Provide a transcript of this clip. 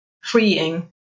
freeing